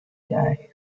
guy